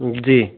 जी